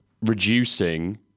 reducing